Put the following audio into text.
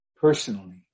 personally